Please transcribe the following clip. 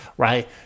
right